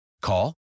Call